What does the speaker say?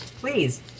Please